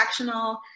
transactional